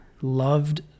loved